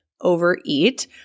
overeat